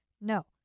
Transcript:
No